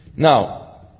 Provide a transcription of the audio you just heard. Now